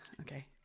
Okay